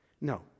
No